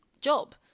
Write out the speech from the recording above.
job